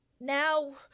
now